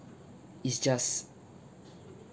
is just